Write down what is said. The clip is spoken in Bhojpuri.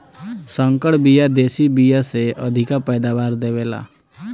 संकर बिया देशी बिया से अधिका पैदावार दे वेला